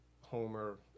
Homer